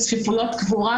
נושא צפיפויות קבורה,